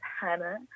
Hannah